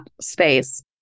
space